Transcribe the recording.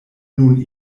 nun